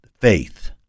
faith